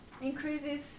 increases